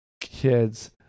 kids